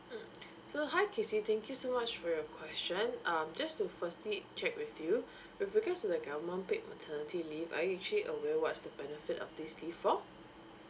mm so hi kesy thank you so much for you question um just to firstly check with you with regards to the government paid maternity leave are you actually aware what's the benefit of this leave for